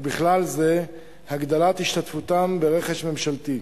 ובכלל זה הגדלת השתתפותם ברכש ממשלתי.